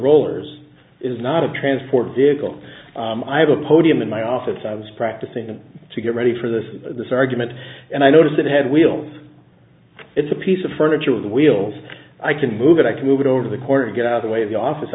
rollers is not a transport vehicle i have a podium in my office i was practicing to get ready for this this argument and i noticed it had wheels it's a piece of furniture with wheels i can move it i can move it over the corner get out of the way of the office